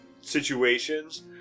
situations